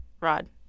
rod